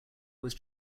was